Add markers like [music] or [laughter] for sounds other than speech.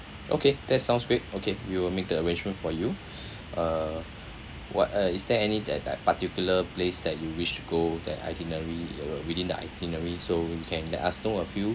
okay that sounds great okay we will make the arrangement for you [breath] uh what uh is there any that that particular place that you wish to go that itinerary uh within the itinerary so you can let us know a few